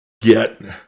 get